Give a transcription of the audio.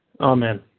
Amen